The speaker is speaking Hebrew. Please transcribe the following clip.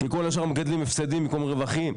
כי כל השאר מגדלים הפסדים במקום רווחים.